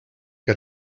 que